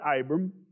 Abram